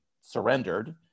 surrendered